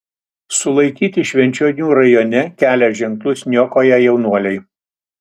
sulaikyti švenčionių rajone kelio ženklus niokoję jaunuoliai